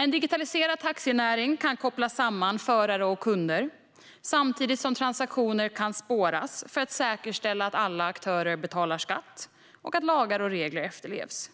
En digitaliserad taxinäring kan koppla samman förare och kunder samtidigt som transaktioner kan spåras för att säkerställa att alla aktörer betalar skatt och att lagar och regler efterlevs.